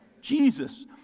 jesus